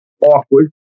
awkward